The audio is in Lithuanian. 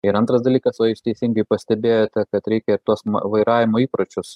ir antras dalykas o jūs teisingai pastebėjote kad reikia tuos vairavimo įpročius